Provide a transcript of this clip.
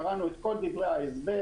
קראנו את כל דברי ההסבר,